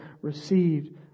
received